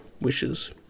Wishes